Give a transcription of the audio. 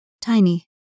tiny